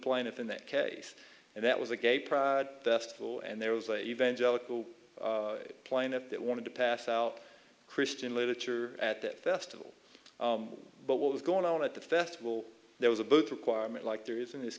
plaintiff in that case and that was a gay pride festival and there was a evangelical plaintiff that wanted to pass out christian literature at that festival but what was going on at the festival there was a booth requirement like there is in this